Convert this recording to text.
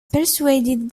persuaded